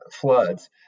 floods